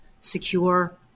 secure